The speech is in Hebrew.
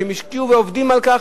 שהם השקיעו ועובדים על כך,